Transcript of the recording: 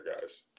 guys